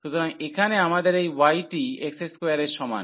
সুতরাং এখানে আমাদের এই y টি x2 এর সমান